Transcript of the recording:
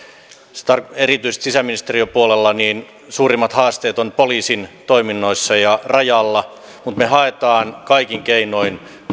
erityisesti sisäministeriön puolella suurimmat haasteet ovat poliisin toiminnoissa ja rajalla mutta me haemme kaikin keinoin